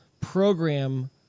program